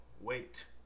wait